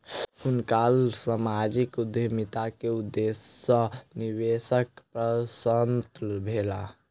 हुनकर सामाजिक उद्यमिता के उदेश्य सॅ निवेशक प्रसन्न भेला